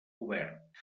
obert